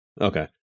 Okay